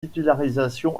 titularisation